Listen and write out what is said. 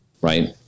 right